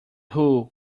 who